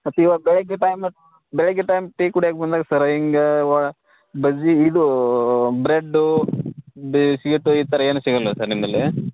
ಮತ್ತು ಇವಾಗ ಬೆಳಿಗ್ಗೆ ಟೈಮ್ ಬೆಳಿಗ್ಗೆ ಟೈಮ್ ಟೀ ಕುಡ್ಯಕ್ಕೆ ಬಂದಾಗ ಸರ್ ಹಿಂಗಾ ವ ಬಜ್ಜಿ ಇದು ಬ್ರೆಡ್ಡೂ ಬಿಸ್ಗಿಟ್ಟು ಈ ಥರ ಏನೂ ಸಿಗೋಲ್ವ ಸರ್ ನಿಮ್ಮಲ್ಲಿ